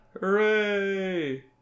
Hooray